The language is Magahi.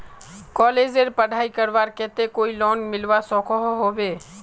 कॉलेजेर पढ़ाई करवार केते कोई लोन मिलवा सकोहो होबे?